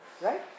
Right